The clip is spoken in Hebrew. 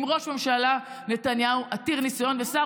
עם ראש הממשלה נתניהו עתיר הניסיון ושר